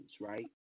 right